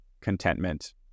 contentment